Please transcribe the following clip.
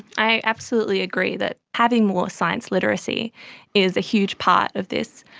i absolutely agree that having more science literacy is a huge part of this.